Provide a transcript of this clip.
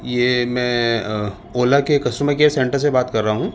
یہ میں اولا کے کسٹمر کیئر سینٹر سے بات کر رہا ہوں